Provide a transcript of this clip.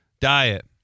Diet